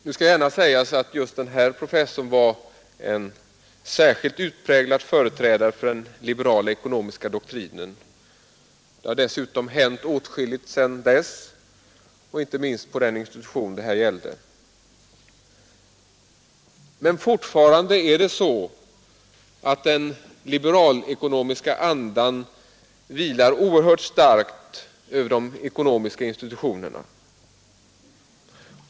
Nu skall det emellertid genast sägas att denne professor var en särskilt utpräglad företrädare för den liberala ekonomiska doktrinen. Det har dessutom hänt åtskilligt sedan den tiden, inte minst på den institution det här gällde. Men fortfarande vilar den liberalekonomiska andan 123 oerhört starkt över de ekonomiska institutionerna.